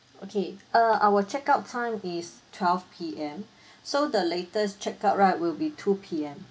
okay uh our check-out time is twelve P_M so the latest check-out right will be two P_M